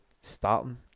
starting